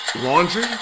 laundry